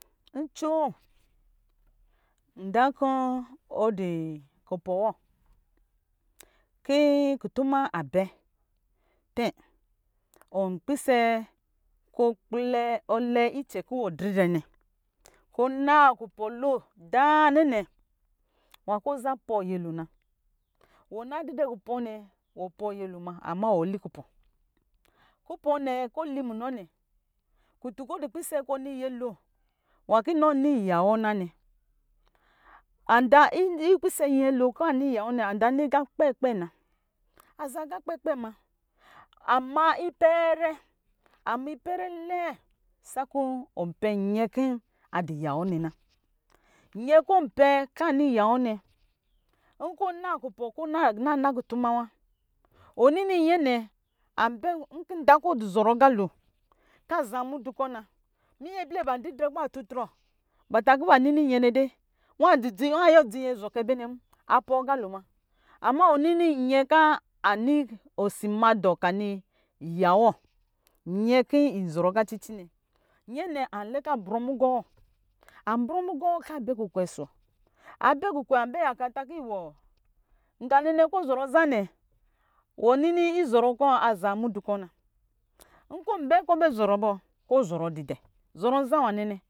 Ncoo nda kɔ ɔdɔ kupɔ wɔ kɔ kutuma abɛ tɛ ɔnpise kɔ ɔlɛ icɛn kɔ wɔ didrɛ nɛ kɔ ɔnaa kupɔ lo daaninɛ nwa kɔ ɔza pɔɔ nyɛ lo na wɔna didrɛ kupɔ nɛ wɔpɔɔ nyɛlo muna ama wɔli kupɔ, kupɔ nɛ kɔ əli munɔ nɛ kutu kɔ ɔ dupisɛ kɔ ɔni nyɛ lo kɔ inɔ ni yan ɔ nanɛ ada ni aqa kpɛkpɛ na aza aqa kpɛkpɛ na ama ipɛrɛ, ipɛrɛ lɛɛ sakɔ ɔupɛ nyɛ kɔ adɔ yawa nɛna nyɛ kɔ opɛ kɔ anɔ yawɔ nɛ nkɔ ɔna kupe kɔ ɔna na kutuma wa wɔni kɔ yɛne ambɛ nkɔ nda kɔ ɔdɔ zɔrɔ aqa lo kɔ aza mudu kɔ na munyɛ blɛ ba didrɛ kɔ b tutrɔ ba takɔ be nini yɛnɛ de nwa yuwɔ dze yɛzɔ kɛbɛ nɛ mu nwa pɔɔ aqa lo ma ama wɔ nini ama nyɛ kɔ osi ma dɔ kɔ ani yɛwɔ yɛkɔ yinzɔrɔ aga cici nɛ yɛnɛ anlɛ kɔ abrɔ mugɔ wɔ anba ɔ mugɔ wɔ kɔ abɛ kukwɛ ɔsɔ wɔ abɛ yaka ata kɔ iyɔ nganɛ nɛ kɔ ɔzɔrɔ zan ɛ wɔnini izɔrɔ kɔ azaamu dukɔ na nkɔ ɔnbɛ kɔɔ bɛ zɔrɔ bɔ kɔ zɔrɔ duck zɔrɔ nza wanɛrɛ.